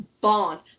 bond